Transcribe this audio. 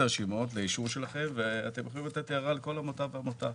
הרשימות ואתם יכולים לתת הערה על כל עמותה ועמותה.